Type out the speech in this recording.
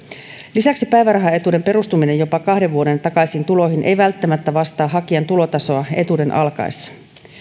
lisäksi päivärahaetuuden perustuminen jopa kahden vuoden takaisiin tuloihin ei välttämättä vastaa hakijan tulotasoa etuuden alkaessa